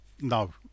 No